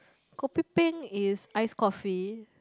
kopi peng is ice coffee